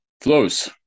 Flows